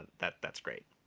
that that's great.